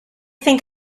think